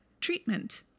treatment